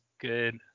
good